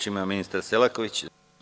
Reč ima ministar Selaković.